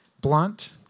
blunt